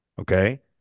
Okay